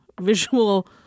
visual